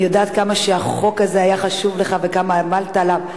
אני יודעת כמה החוק הזה היה חשוב לך וכמה עמלת עליו,